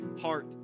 heart